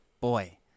boy